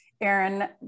Aaron